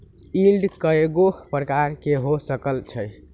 yield कयगो प्रकार के हो सकइ छइ